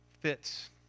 Fits